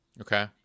Okay